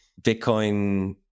Bitcoin